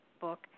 book